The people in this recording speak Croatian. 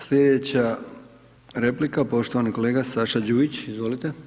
Slijedeća replika poštovani kolega Saša Đujić, izvolite.